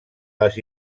les